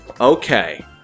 Okay